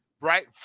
Right